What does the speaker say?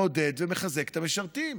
מעודד ומחזק את המשרתים,